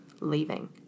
leaving